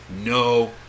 No